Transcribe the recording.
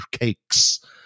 cakes